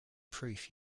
proof